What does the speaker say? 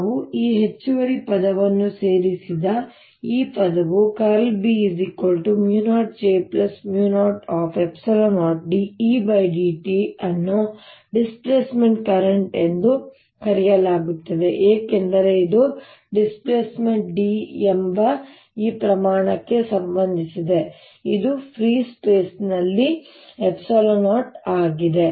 ನಾವು ಈ ಹೆಚ್ಚುವರಿ ಪದವನ್ನು ಸೇರಿಸಿದ ಈ ಪದವು ▽× B μ0 J μ0 ε0 dEdt ಅನ್ನು ಡಿಸ್ಪ್ಲೇಸ್ಮೆಂಟ್ ಕರೆಂಟ್ ಎಂದು ಕರೆಯಲಾಗುತ್ತದೆ ಏಕೆಂದರೆ ಇದು ಡಿಸ್ಪ್ಲೇಸ್ಮೆಂಟ್ D ಎಂಬ ಈ ಪ್ರಮಾಣಕ್ಕೆ ಸಂಬಂಧಿಸಿದೆ ಇದು ಫ್ರೀ ಸ್ಪೇಸ್ ನಲ್ಲಿ ε0 ಆಗಿದೆ